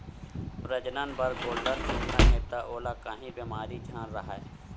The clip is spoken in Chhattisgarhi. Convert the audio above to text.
प्रजनन बर गोल्लर चुनना हे त ओला काही बेमारी झन राहय